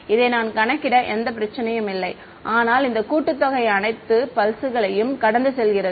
இதை நான் கணக்கிட எந்த பிரச்சனையும் இல்லை ஆனால் இந்த கூட்டுத்தொகை அனைத்து பல்ஸ்களையும் கடந்து செல்கிறது